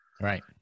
right